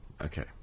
Okay